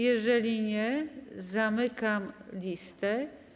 Jeżeli nie, zamykam listę.